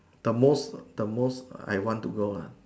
the most the most I want to go uh